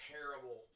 Terrible